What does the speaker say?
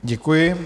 Děkuji.